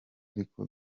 ariko